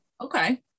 Okay